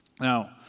Now